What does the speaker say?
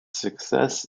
success